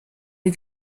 die